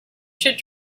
should